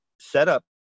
setup